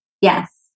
Yes